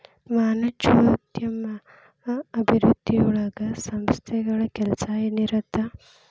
ವಾಣಿಜ್ಯೋದ್ಯಮ ಅಭಿವೃದ್ಧಿಯೊಳಗ ಸಂಸ್ಥೆಗಳ ಕೆಲ್ಸ ಏನಿರತ್ತ